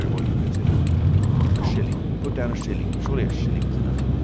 what you consider a shilling put down a shilling. surely a shilling's enough?